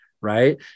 right